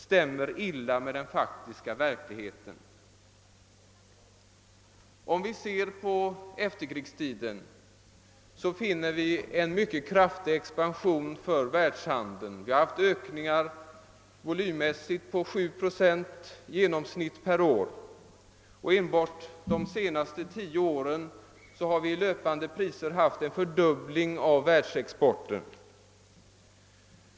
Under efterkrigstiden har världshandeln expanderat kraftigt. Volymökningen har varit cirka 7 procent per år, och enbart under de senaste tio åren har världshandeln, i löpande priser räknat, fördubblats.